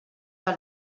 del